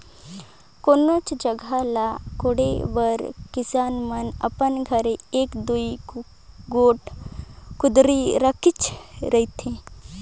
कोनोच जगहा ल कोड़े बर किसान मन अपन घरे एक दूई गोट कुदारी रखेच रहथे